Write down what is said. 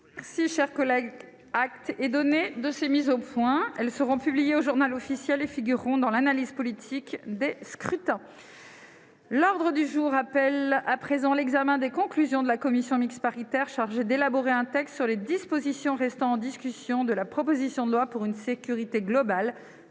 voter contre. Acte est donné de ces mises au point, mes chers collègues. Elles seront publiées au et figureront dans l'analyse politique des scrutins. L'ordre du jour appelle l'examen des conclusions de la commission mixte paritaire chargée d'élaborer un texte sur les dispositions restant en discussion de la proposition de loi pour une sécurité globale